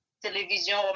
télévision